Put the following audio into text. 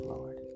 Lord